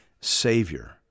Savior